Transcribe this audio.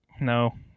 No